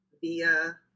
via